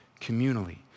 communally